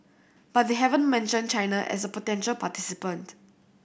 but they haven't mentioned China as a potential participant